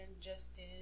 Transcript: Justin